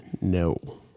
no